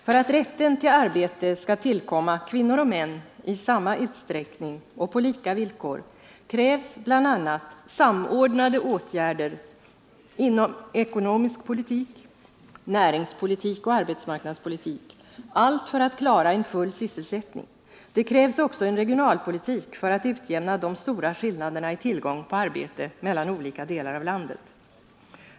För att rätten till arbete skall tillkomma kvinnor och män i samma utsträckning och på lika villkor krävs bl.a. samordnade åtgärder inom ekonomisk politik, näringspolitik och arbetsmarknadspolitik — allt för att klara en full sysselsättning. Det krävs också en regionalpolitik för att utjämna de stora skillnaderna i tillgång på arbete mellan olika delar av landet.